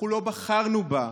אנחנו לא בחרנו בה.